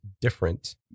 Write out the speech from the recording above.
different